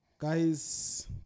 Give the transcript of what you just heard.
Guys